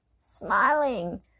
smiling